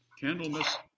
Candlemas